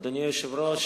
אדוני היושב-ראש,